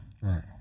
Right